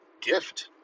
gift